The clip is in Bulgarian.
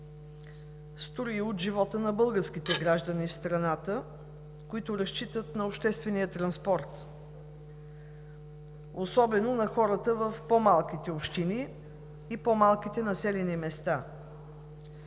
струи от живота на българските граждани в страната, които разчитат на обществения транспорт, особено хората в по-малките общини и по-малките населени места.